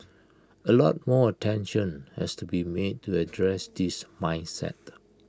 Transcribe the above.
A lot more attention has to be made to address this mindset